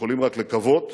יכולים רק לקוות